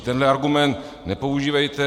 Tento argument nepoužívejte.